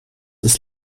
ist